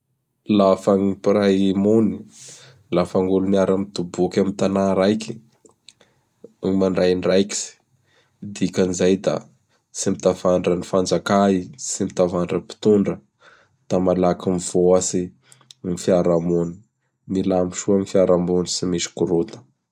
Lafa ny mpiray mony, laha fa gn' olo miaraky mitoboky amin' ny tanà raiky ny mandray andraikitsy. Dikan'izay da tsy mitandrava ny fanjaka i, tsy mitavandra mpitondra. Da malaky mivoatsy ny fiaraha-mony. Milamy soa ny firaraha-mony tsy misy korota.